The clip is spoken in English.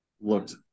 Looked